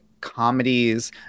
comedies